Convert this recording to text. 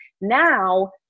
now